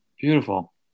Beautiful